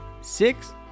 Six